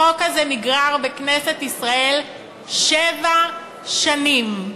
החוק הזה נגרר בכנסת ישראל שבע שנים,